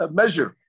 measure